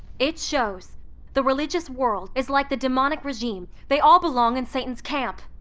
it shows the religious world is like the demonic regime they all belong in satan's camp.